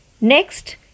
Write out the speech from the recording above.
next